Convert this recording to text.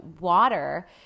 water